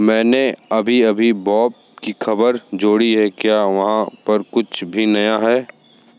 मैंने अभी अभी बॉब की ख़बर जोड़ी है क्या वहाँ पर कुछ भी नया है